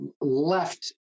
left